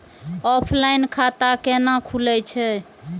Offline खाता कैना खुलै छै?